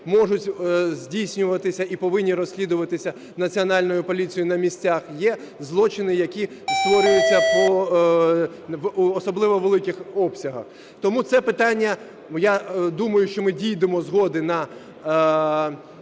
можуть здійснюватися і повинні розслідуватися Національною поліцією на місцях, є злочини, які створюються в особливо великих обсягах. Тому це питання, я думаю, що ми дійдемо згоди в